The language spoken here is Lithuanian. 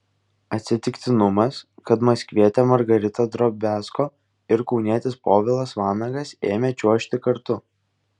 atsitiktinumas kad maskvietė margarita drobiazko ir kaunietis povilas vanagas ėmė čiuožti kartu